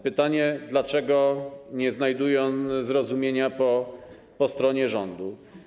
Pytanie, dlaczego nie znajduje on zrozumienia po stronie rządu.